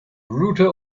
router